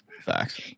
Facts